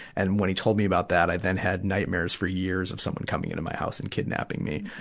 and, when he told me about that, i then had nightmares for years of someone coming into my house and kidnapping me.